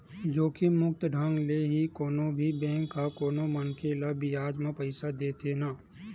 जोखिम मुक्त ढंग ले ही कोनो भी बेंक ह कोनो मनखे ल बियाज म पइसा देथे न